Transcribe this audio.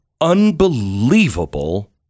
unbelievable